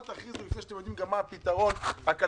אל תכריזו לפני שאתם יודעים מה הפתרון הכלכלי,